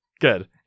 Good